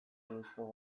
buruzko